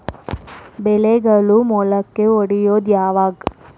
ಬೆಳೆಗಳು ಮೊಳಕೆ ಒಡಿಯೋದ್ ಯಾವಾಗ್?